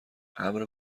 ابر